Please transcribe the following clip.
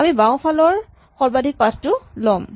আমি বাওঁফালৰ সৰ্বাধিক পাথ টো ল'ম